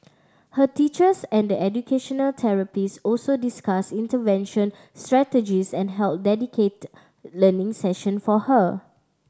her teachers and the educational therapists also discussed intervention strategies and held dedicated learning session for her